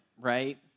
right